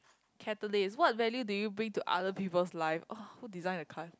catalyst what value do you bring to other people's life oh who design the card